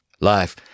Life